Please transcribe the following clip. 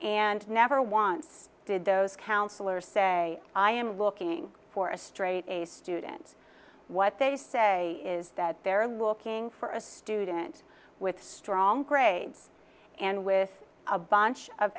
and never once did those counselors say i am looking for a straight a student what they say is that they're looking for a student with strong grades and with a bunch of